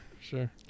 Sure